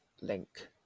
link